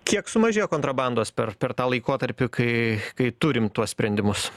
kiek sumažėjo kontrabandos per per tą laikotarpį kai kai turim tuos sprendimus